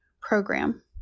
Program